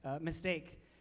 mistake